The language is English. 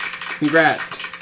Congrats